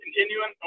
continuing